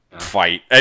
fight